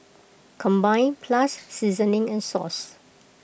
combined plus seasoning and sauce